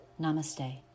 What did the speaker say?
Namaste